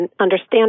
understand